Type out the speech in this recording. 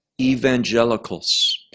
evangelicals